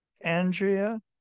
Andrea